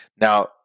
Now